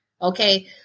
Okay